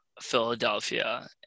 Philadelphia